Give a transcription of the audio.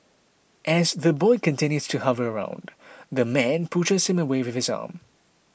as the boy continues to hover around the man pushes him away with his arm